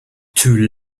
too